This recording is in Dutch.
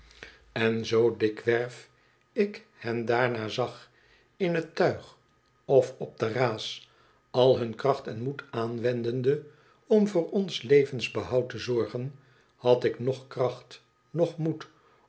en zoo dikwerf ik hen daarna zag in het tuig of op de ra's al hun kracht en moed aanwendende om voor ons levensbehoud te zorgen had ik noch kracht noch moed